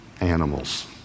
animals